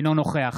אינו נוכח